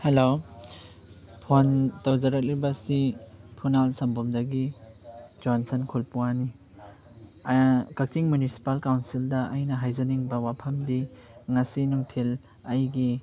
hello phone ꯇꯧꯖꯔꯛꯂꯤꯕ ꯑꯁꯤ ꯐꯨꯅꯥꯜ ꯁꯝꯕꯣꯝꯗꯒꯤ ꯖꯣꯟꯁꯟ ꯈꯣꯏꯄꯨꯋꯥꯅꯤ ꯀꯛꯆꯤꯡ ꯃ꯭ꯌꯨꯅꯤꯁꯤꯄꯥꯜ ꯀꯥꯎꯟꯁꯤꯜꯗ ꯑꯩꯅ ꯍꯥꯏꯖꯅꯤꯡꯕ ꯋꯥꯐꯝꯗꯤ ꯉꯁꯤ ꯅꯨꯡꯊꯤꯜ ꯑꯩꯒꯤ